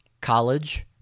College